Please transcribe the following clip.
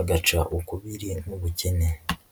agaca ukubiri n'ubukene.